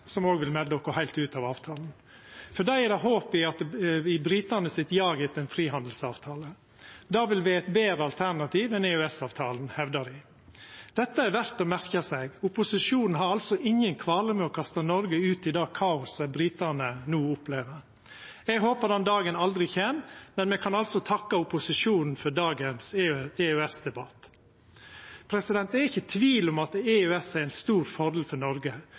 som òg vil melda oss heilt ut av avtalen. Deira håp er jaget til britane etter ein frihandelsavtale. Det vil vera eit betre alternativ enn EØS-avtalen, hevdar dei. Dette er verdt å merka seg. Opposisjonen har altså ingen kvalar med å kasta Noreg ut i det kaoset britane no opplever. Eg håpar den dagen aldri kjem, men me kan takka opposisjonen for dagens EU/EØS-debatt. Det er ikkje tvil om at EØS er ein stor fordel for Noreg.